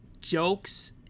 jokes